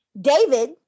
David